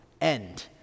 end